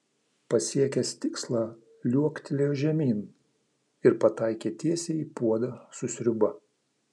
pasiekęs tikslą liuoktelėjo žemyn ir pataikė tiesiai į puodą su sriuba